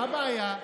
מה הבעיה?